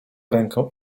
rękę